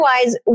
otherwise